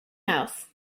house